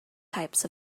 types